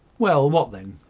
well, what then?